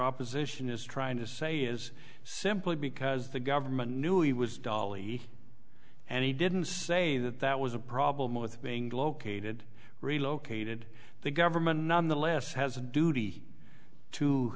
opposition is trying to say is simply because the government knew he was dolly and he didn't say that that was a problem with being located relocated the government nonetheless has a duty to